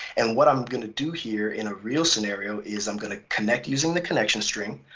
and what i'm going to do here in a real scenario is i'm going to connect using the connection string.